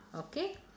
okay